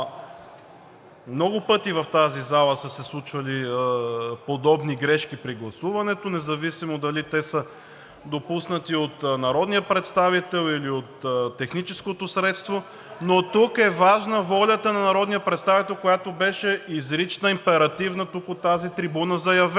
Много пъти в тази зала са се случвали подобни грешки при гласуването, независимо дали те са допуснати от народния представител или от техническото средство, но тук е важна волята на народния представител, която беше изрична, императивна и заявена от тази трибуна – то не